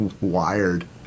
wired